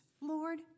Lord